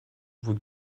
vous